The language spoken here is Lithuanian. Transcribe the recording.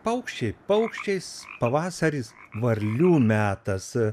paukščiai paukščiais pavasaris varlių metas